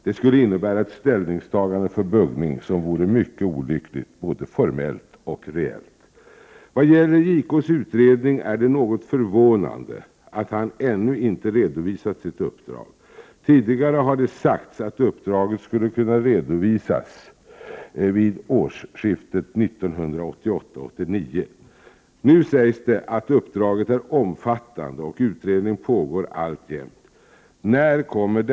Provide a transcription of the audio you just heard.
Det skulle innebära ett ställningstagande för buggning, som vore mycket olyckligt både formellt och reellt. Vad gäller JK:s utredning är det något förvånande att han ännu inte redovisat sitt uppdrag. Tidigare har det sagts att uppdraget skulle kunna redovisas vid årsskiftet 1988-1989. Nu sägs det att uppdraget är omfattande och att utredning alltjämt pågår.